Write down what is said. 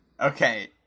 Okay